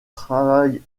travaille